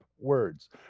words